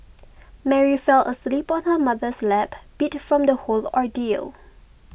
Mary fell asleep on her mother's lap beat from the whole ordeal